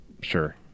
Sure